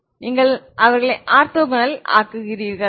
நீங்கள் அவர்களை ஆர்த்தோகனல் ஆக்குகிறீர்கள்